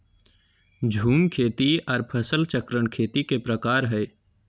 झूम खेती आर फसल चक्रण खेती के प्रकार हय